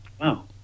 Wow